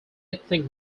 ethnic